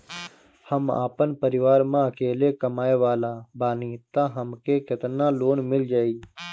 हम आपन परिवार म अकेले कमाए वाला बानीं त हमके केतना लोन मिल जाई?